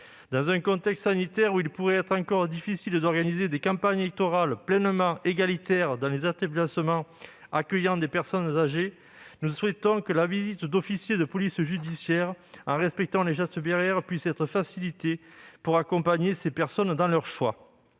Dans un contexte sanitaire où il pourrait être encore difficile d'organiser des campagnes électorales pleinement égalitaires dans les établissements accueillant des personnes âgées, nous souhaitons que la visite d'officiers de police judiciaire, dans le respect des gestes barrières, puisse être facilitée pour accompagner ces personnes dans leur choix.